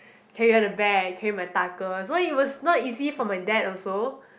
carry all the bag carry my 大哥 so it was not easy for my dad also